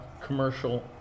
commercial